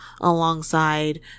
alongside